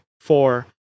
Four